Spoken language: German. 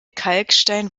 kalkstein